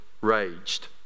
raged